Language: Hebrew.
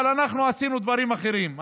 אבל אנחנו עשינו דברים אחרים.